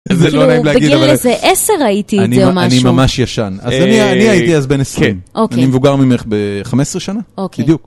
בגיל איזה עשר ראיתי את זה או משהו. אז אני ממש ישן, אז אני הייתי אז בן עשרים. אוקיי. אני מבוגר ממך ב-15 שנה, בדיוק.